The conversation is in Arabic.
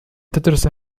تدرس